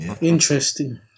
Interesting